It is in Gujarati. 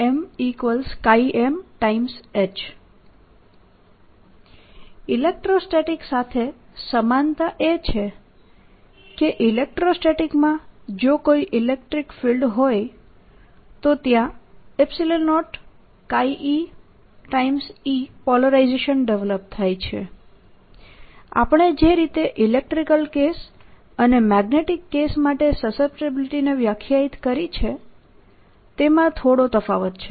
MM H ઇલેક્ટ્રોસ્ટેટીક સાથે સમાનતા એ છે કે ઇલેક્ટ્રોસ્ટેટીકમાં જો કોઈ ઇલેક્ટ્રિક ફિલ્ડ હોય તો ત્યાં 0eE પોલરાઇઝેશન ડેવલપ થાય છે આપણે જે રીતે ઇલેક્ટ્રીકલ કેસ અને મેગ્નેટીક કેસ માટે સસેપ્ટીબિલિટી ને વ્યાખ્યાયિત કરી છે તેમાં થોડો તફાવત છે